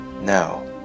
Now